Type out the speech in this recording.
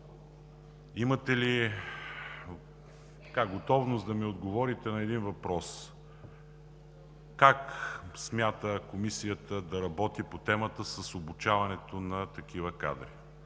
имате ли готовност да ми отговорите на въпроса: как смята Комисията да работи по темата с обучаването на такива кадри?